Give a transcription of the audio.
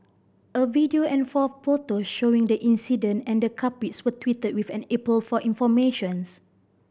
a video and four photos showing the incident and the culprits were tweeted with an appeal for information